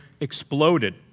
exploded